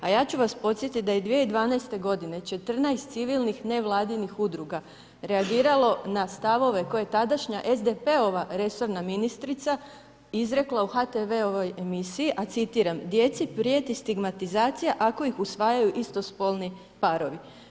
A ja ću vas podsjetit da je 2012. godine 14 civilnih nevladinih udruga reagiralo na stavove koje tadašnja SDP-ova resorna ministrica izrekla u HTV-ovoj emisiji, a citiram: Djeci prijeti stigmatizacija ako ih usvajaju istospolni parovi.